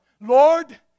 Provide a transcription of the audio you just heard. Lord